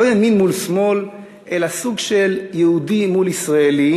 לא ימין מול שמאל, אלא סוג של יהודי מול ישראלי.